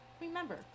Remember